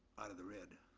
out of the red.